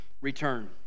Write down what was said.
return